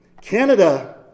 Canada